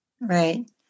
Right